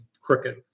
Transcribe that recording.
crooked